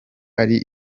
ari